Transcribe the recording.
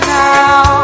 now